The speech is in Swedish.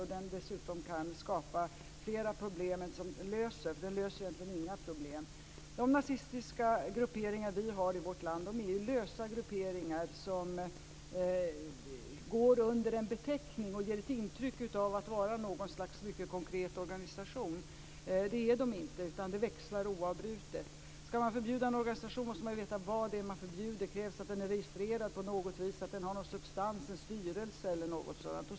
Den kan dessutom skapa fler problem än den löser, för den löser egentligen inga problem. De nazistiska grupperingar vi har i vårt land är lösa grupperingar som går under en beteckning och ger ett intryck av att vara något slags mycket konkret organisation. Det är de inte, utan det växlar oavbrutet. Skall man förbjuda en organisation måste man veta vad det är man förbjuder. Det krävs att den är registrerad på något vis och att den har någon substans - en styrelse eller något sådant.